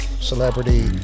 celebrity